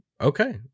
okay